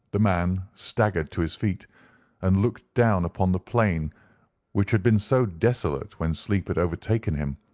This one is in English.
the man staggered to his feet and looked down upon the plain which had been so desolate when sleep had overtaken him,